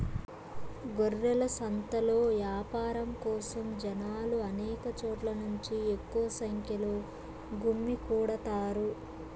గొర్రెల సంతలో యాపారం కోసం జనాలు అనేక చోట్ల నుంచి ఎక్కువ సంఖ్యలో గుమ్మికూడతారు